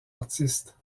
artistes